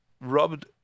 rubbed